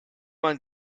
man